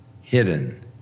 hidden